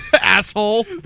Asshole